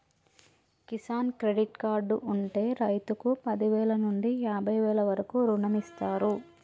Kisan credit card ఉంటె రైతుకు పదివేల నుండి యాభై వేల వరకు రుణమిస్తారు